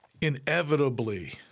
inevitably